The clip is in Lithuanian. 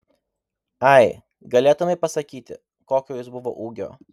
ai galėtumei pasakyti kokio jis buvo ūgio